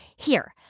here,